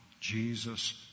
Jesus